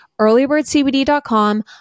Earlybirdcbd.com